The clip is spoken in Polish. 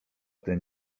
ten